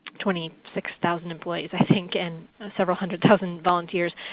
twenty six thousand employees i think, and several hundred thousand volunteers.